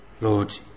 Lord